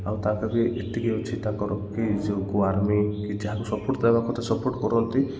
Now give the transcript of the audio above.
ଆଉ ତା'ପରେ ବି ଏତିକି ଅଛି ତାଙ୍କର କି ସେ କେଉଁ ଆର୍ମି କି ଯାହାକୁ ସପୋର୍ଟ୍ ଦେବାକଥା ସପୋର୍ଟ୍ କରନ୍ତି